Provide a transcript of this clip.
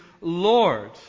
Lord